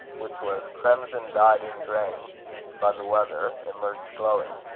which was cremsin dyed ingrayne by the weather, emerged glowing.